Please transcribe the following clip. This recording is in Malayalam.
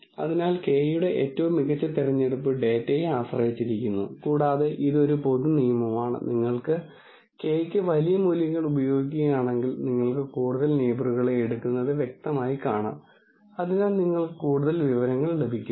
അതിനാൽ k യുടെ ഏറ്റവും മികച്ച തിരഞ്ഞെടുപ്പ് ഡാറ്റയെ ആശ്രയിച്ചിരിക്കുന്നു കൂടാതെ ഇത് ഒരു പൊതു നിയമമാണ് നിങ്ങൾ k യ്ക്ക് വലിയ മൂല്യങ്ങൾ ഉപയോഗിക്കുകയാണെങ്കിൽ നിങ്ങൾ കൂടുതൽ നെയിബറുകളെ എടുക്കുന്നത് വ്യക്തമായി കാണാം അതിനാൽ നിങ്ങൾക്ക് കൂടുതൽ വിവരങ്ങൾ ലഭിക്കുന്നു